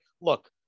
look